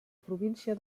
província